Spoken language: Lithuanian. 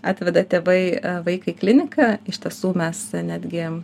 atveda tėvai vaiką į kliniką iš tiesų mes netgi